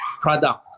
product